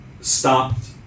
stopped